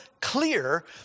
clear